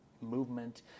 movement